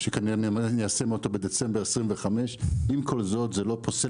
שכנראה ניישם אותו בדצמבר 2025. עם זאת זה לא פוסל